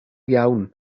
iawn